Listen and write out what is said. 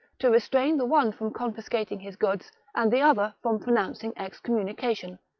to restrain the one from confiscating his goods, and the other from pronouncing excommuni cation,